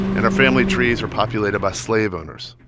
and our family trees are populated by slave owners,